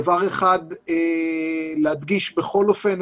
דבר אחד בכל אופן,